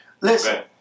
Listen